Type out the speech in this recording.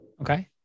Okay